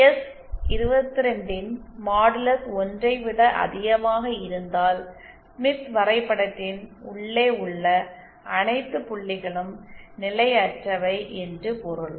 எஸ்22 ன் மாடுலஸ் 1 ஐ விட அதிகமாக இருந்தால் ஸ்மித் வரைபடத்தின் உள்ளே உள்ள அனைத்து புள்ளிகளும் நிலையற்றவை என்று பொருள்